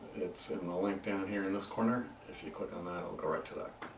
it's in the link down here in this corner if you click on that, it'll go right to that.